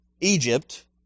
Egypt